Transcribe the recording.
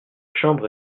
chambre